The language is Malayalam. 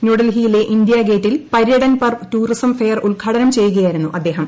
ന്യൂഡൽഹിയിലെ ഇന്ത്യാഗേറ്റിൽ പര്യടൻ പർവ്വ് ടൂറിസം ഫെയർ ഉദ്ഘാടനം ചെയ്യുകയായിരുന്നു അദ്ദേഹം